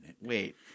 Wait